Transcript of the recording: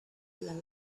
love